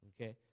Okay